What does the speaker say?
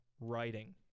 writing